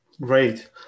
great